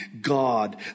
God